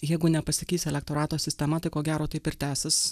jeigu nepasikeis elektorato sistema tai ko gero taip ir tęsis